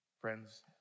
Friends